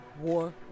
war